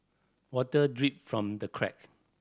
water drip from the crack